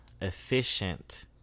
efficient